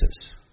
Jesus